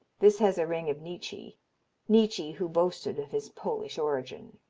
this has a ring of nietzsche nietzsche who boasted of his polish origin.